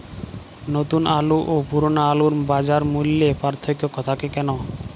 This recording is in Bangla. নতুন আলু ও পুরনো আলুর বাজার মূল্যে পার্থক্য থাকে কেন?